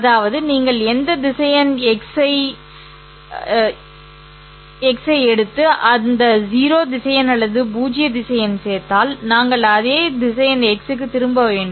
அதாவது நீங்கள் எந்த திசையன் ́x ஐ எடுத்து அந்த 0 திசையன் அல்லது பூஜ்ய திசையன் சேர்த்தால் நாங்கள் அதே திசையன் ́x க்கு திரும்ப வேண்டும்